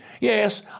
Yes